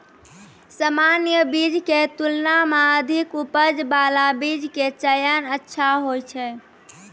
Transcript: सामान्य बीज के तुलना मॅ अधिक उपज बाला बीज के चयन अच्छा होय छै